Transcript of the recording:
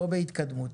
לא בהתקדמות.